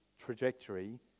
Trajectory